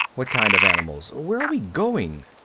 what kind of animals? where are we going?